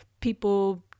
people